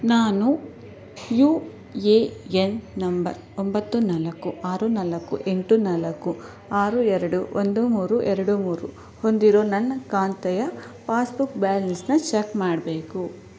ನಾನು U A N number ಒಂಬತ್ತು ನಾಲ್ಕು ಆರು ನಾಲ್ಕು ಎಂಟು ನಾಲ್ಕು ಆರು ಎರಡು ಒಂದು ಮೂರು ಎರಡು ಮೂರು ಹೊಂದಿರೋ ನನ್ನ ಖಾತೆಯ ಪಾಸ್ಬುಕ್ ಬ್ಯಾಲೆನ್ಸ್ನ ಚೆಕ್ ಮಾಡಬೇಕು